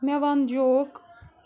مےٚ وَن جوک